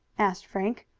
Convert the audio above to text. asked frank.